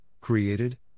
created